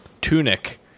Tunic